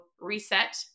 reset